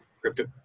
crypto